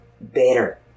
better